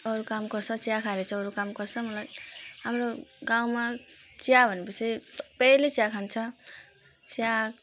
अरू काम गर्छ चिया खाएर चाहिँ अरू काम गर्छ मलाई हाम्रो गाउँमा चिया भनेपछि सबैले चिया खान्छ चिया